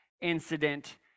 incident